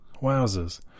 Wowzers